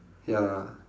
ya